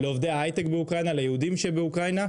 לעובדי ההיי-טק באוקראינה, ליהודים שבאוקראינה.